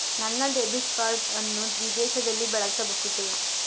ನನ್ನ debit card ಅನ್ನು ವಿದೇಶದಲ್ಲಿ ಬಳಸಬಹುದೇ?